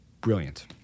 Brilliant